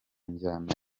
njyana